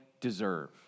deserve